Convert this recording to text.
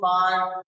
five